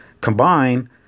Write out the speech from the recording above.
combine